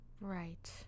Right